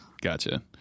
Gotcha